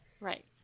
Right